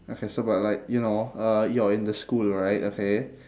okay so but like you know uh you're in the school right okay